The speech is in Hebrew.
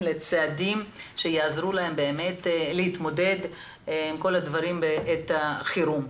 לצעדים שיעזרו להם באמת להתמודד עם כל הדברים בעת חירום,